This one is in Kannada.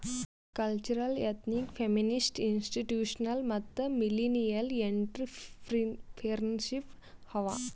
ಕಲ್ಚರಲ್, ಎಥ್ನಿಕ್, ಫೆಮಿನಿಸ್ಟ್, ಇನ್ಸ್ಟಿಟ್ಯೂಷನಲ್ ಮತ್ತ ಮಿಲ್ಲಿನಿಯಲ್ ಎಂಟ್ರರ್ಪ್ರಿನರ್ಶಿಪ್ ಅವಾ